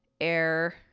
air